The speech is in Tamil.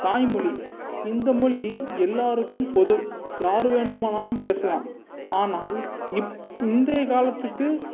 தாய்மொழி இந்த மொழி எல்லாருக்கும் பொது யார் வேண்டுமானாலும் பேசலாம் ஆனால் இப் இந்தைய காலத்துக்கு